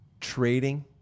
trading